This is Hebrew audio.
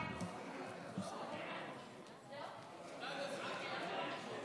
חוק לתיקון פקודת מס הכנסה (מס' 256),